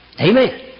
Amen